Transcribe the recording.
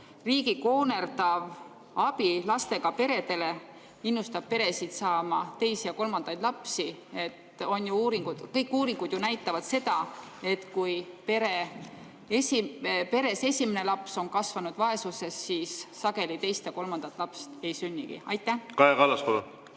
riigi koonerdav abi lastega peredele innustab peresid saama teisi ja kolmandaid lapsi? Kõik uuringud ju näitavad seda, et kui peres esimene laps on kasvanud vaesuses, siis sageli teist ja kolmandat last ei sünnigi. Aitäh! Austatud